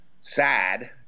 sad